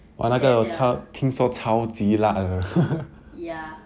then their ya